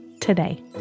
today